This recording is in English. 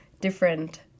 different